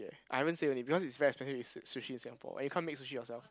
I haven't say only because it's very expensive sushi in Singapore and you can't make sushi yourself